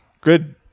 Good